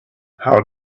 how